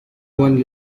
one